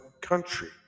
country